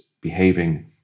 behaving